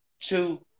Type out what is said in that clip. Two